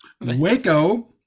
Waco